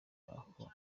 aho